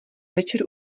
večer